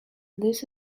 this